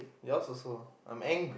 yours also I'm angry